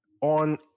on